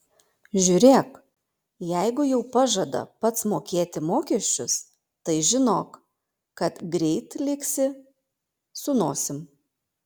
žiūrėk jeigu jau pažada pats mokėti mokesčius tai žinok kad greit liksi su nosim